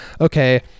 Okay